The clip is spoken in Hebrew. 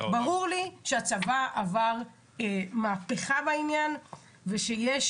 ברור לי שהצבא עבר מהפכה בעניין ושיש